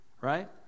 right